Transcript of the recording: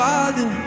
Father